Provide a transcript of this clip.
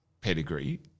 pedigree